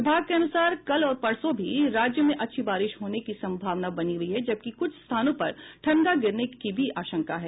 विभाग के अनुसार कल और परसो भी राज्य में अच्छी बारिश होने की संभावना बनी हुई है जबकि कुछ स्थानों पर ठनका गिरने की भी आशंका है